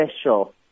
special